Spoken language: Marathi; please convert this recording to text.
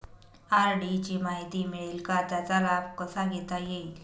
आर.डी ची माहिती मिळेल का, त्याचा लाभ कसा घेता येईल?